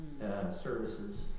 services